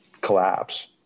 collapse